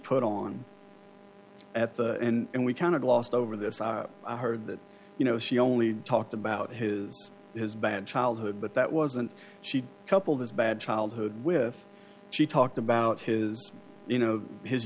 put on at the end we kind of glossed over this i heard that you know she only talked about his his bad childhood but that wasn't she couple this bad childhood with she talked about his you know his